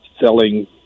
selling